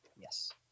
Yes